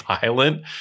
violent